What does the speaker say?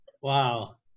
wow